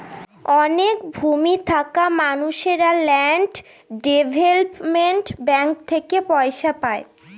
অনেক ভূমি থাকা মানুষেরা ল্যান্ড ডেভেলপমেন্ট ব্যাঙ্ক থেকে পয়সা পায়